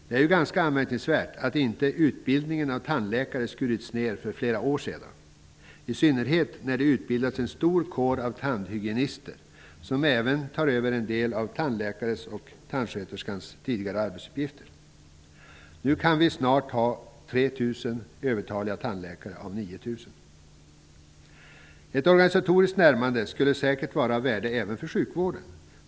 Det är ganska anmärkningsvärt att utbildningen av tandläkare inte skurits ned för flera år sedan, i synnerhet som det utbildats en stor kår av tandhygienister, som även tar över en del av tandläkarens och tandsköterskans tidigare uppgifter. Vi kan nu snart ha 3 000 övertaliga tandläkare inom en kår på 9 000. Ett organisatoriskt närmande skulle säkert vara av värde även för sjukvården.